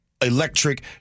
electric